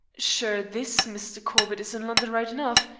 sure this mr. corbett is in london right enough,